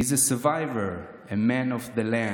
/ He's a survivor, a man of the land.